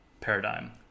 paradigm